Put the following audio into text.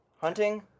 Hunting